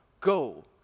go